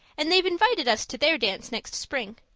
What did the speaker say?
and they've invited us to their dance next spring.